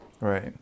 Right